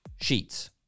Sheets